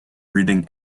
reading